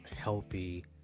healthy